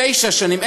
תשע שנים,